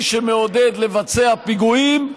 מי שמעודד לבצע פיגועים,